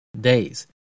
days